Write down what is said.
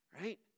right